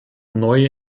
neue